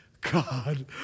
God